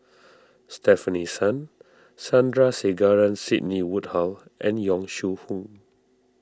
Stefanie Sun Sandrasegaran Sidney Woodhull and Yong Shu Hoong